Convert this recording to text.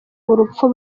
urupfu